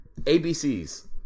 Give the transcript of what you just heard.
ABCs